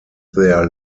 their